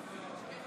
תומכת,